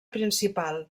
principal